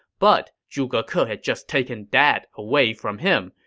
but zhuge ke had just taken that away from him,